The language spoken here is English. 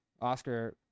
Oscar